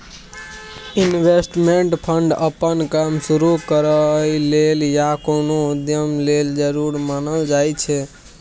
investment fund अप्पन काम शुरु करइ लेल या कोनो उद्यम लेल जरूरी मानल जाइ छै